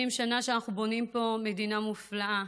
70 שנה שאנחנו בונים פה מדינה מופלאה,